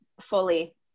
fully